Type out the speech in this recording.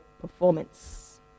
performance